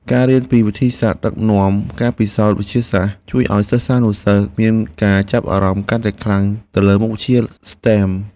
ការរៀនពីវិធីសាស្ត្រដឹកនាំការពិសោធន៍វិទ្យាសាស្ត្រជួយឱ្យសិស្សានុសិស្សមានការចាប់អារម្មណ៍កាន់តែខ្លាំងទៅលើមុខវិជ្ជាស្ទែម។